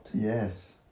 Yes